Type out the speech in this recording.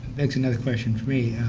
begs another question for me.